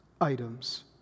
items